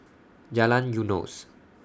Jalan Eunos